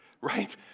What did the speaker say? right